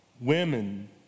women